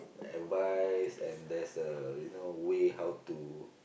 advice and there's a you know way how to